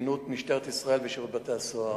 בגנות משטרת ישראל ושירות בתי-הסוהר.